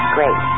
Great